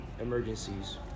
emergencies